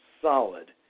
solid